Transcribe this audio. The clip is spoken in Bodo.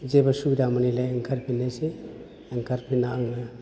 जेबो सुबिदा मोनैलाय ओंखारफिननायसै ओंखारफिन्ना आङो